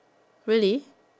really